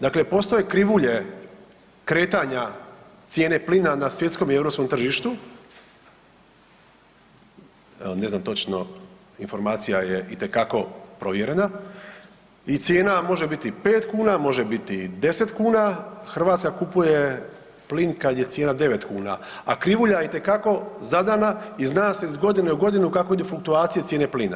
Dakle, postoje krivulje kretanja cijene plina na svjetskom i europskom tržištu, ne znam točno, informacija je itekako provjerena i cijena može biti 5 kuna, može biti 10 kuna, Hrvatska kupuje plin kad je cijena 9 kuna, a krivulja itekako zadana i zna se iz godine u godinu kako idu fluktuacije cijene plina.